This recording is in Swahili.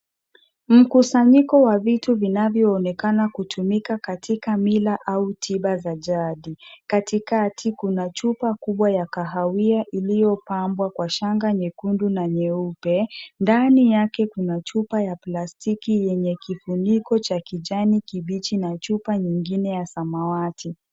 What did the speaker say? Mkusanyiko wa vitu vinavyo onekana kutumika katika mila au tiba za jadi, katikati kuna chupa kubwa ya kahawia kwa shanga nyekundu na nyeupe. Ndani yake kuna chupa ya plastiki yenye kifuniko cha kijani kibichi na chupa nyingine ya samawati.